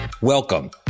Welcome